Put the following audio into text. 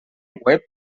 web